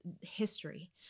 history